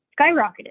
skyrocketed